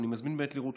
ואני מזמין באמת לראות.